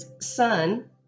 son